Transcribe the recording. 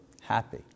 happy